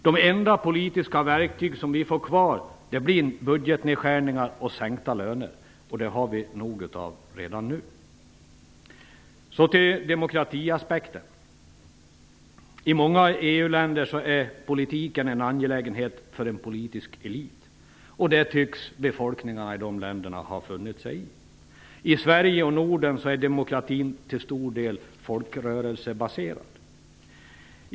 De enda politiska verktyg som vi får kvar blir budgetnedskärningar och sänkta löner, och det har vi nog av redan nu. Så till demokratiaspekten. I många EU-länder är politiken en angelägenhet för en politisk elit. Det tycks befolkningarna i de länderna ha funnit sig i. I Sverige och Norden är demokratin till stor del folkrörelsebaserad.